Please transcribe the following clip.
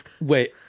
wait